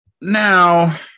Now